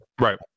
Right